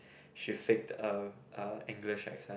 she faked uh uh english accent